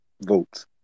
votes